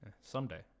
Someday